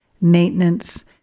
maintenance